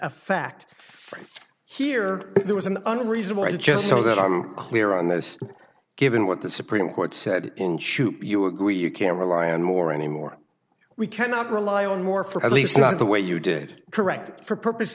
fact here there was an unreasonable i just so that i'm clear on this given what the supreme court said in shoot you agree you can't rely on more any more we cannot rely on more for at least not the way you did correct for purpose